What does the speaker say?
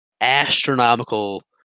astronomical